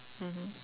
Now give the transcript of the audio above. mmhmm